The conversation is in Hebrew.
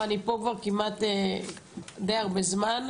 אבל אני פה דיי הרבה זמן.